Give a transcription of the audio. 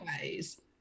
ways